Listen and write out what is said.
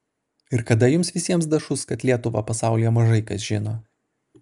ir kada jums visiems dašus kad lietuvą pasaulyje mažai kas žino